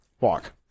walk